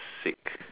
sick